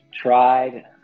tried